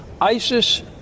ISIS